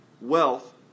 wealth